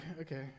okay